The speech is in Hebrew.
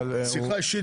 שקלים,